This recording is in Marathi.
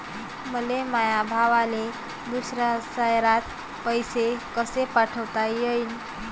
मले माया भावाले दुसऱ्या शयरात पैसे कसे पाठवता येईन?